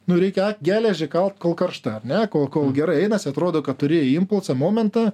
nu reikia geležį kalt kol karšta ar ne kol kol gerai einasi atrodo kad turi impulsą momentą